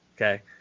okay